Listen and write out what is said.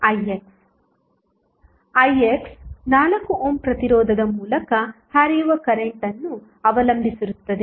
ix 4 ohm ಪ್ರತಿರೋಧದ ಮೂಲಕ ಹರಿಯುವ ಕರೆಂಟ್ ಅನ್ನು ಅವಲಂಬಿಸಿರುತ್ತದೆ